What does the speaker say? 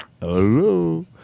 Hello